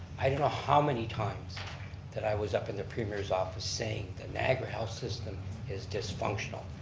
i don't know how many times that i was up in the premier's office saying, the niagara health system is dysfunctional.